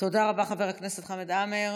תודה רבה, חבר הכנסת חמד עמאר.